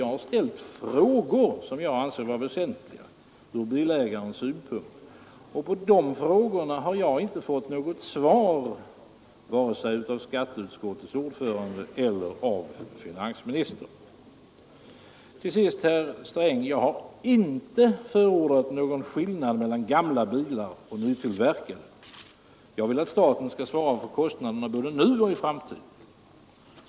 Jag har 0 november A972 ställt frågor som jag anser vara väsentliga ur bilägarens synpunkt, och på de frågorna har jag inte fått något svar, vare sig av skatteutskottets ordförande eller av finansministern. Till sist, herr Sträng: Jag har inte förordat någon skillnad mellan gamla bilar och nytillverkade. Jag vill att staten skall svara för kostnaderna både nu och i framtiden.